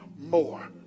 more